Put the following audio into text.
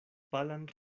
palan